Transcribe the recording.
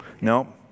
no